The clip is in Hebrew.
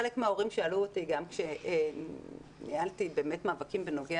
חלק מההורים שאלו אותי כשניהלתי מאבקים בנוגע